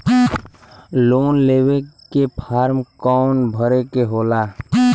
Loan लेवे के form कौन भरे के होला?